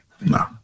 no